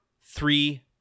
three